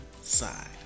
side